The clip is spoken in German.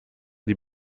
die